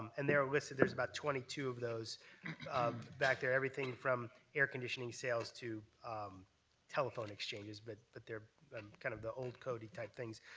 and there listed are about twenty two of those um back there, everything from air conditioning sales to telephone exchanges, but but they're kind of the old coded type things,